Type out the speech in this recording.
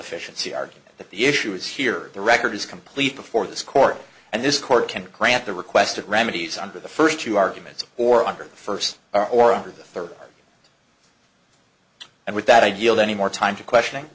efficiency argument that the issue is here the record is complete before this court and this court can't grant the request of remedies under the first two arguments or under the first or of the third and with that ideal anymore time to questioning